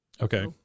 Okay